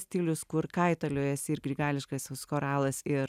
stilius kur kaitaliojasi ir grigališkasis choralas ir